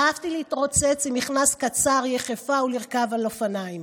אהבתי להתרוצץ עם מכנסיים קצרים יחפה ולרכוב על אופניים,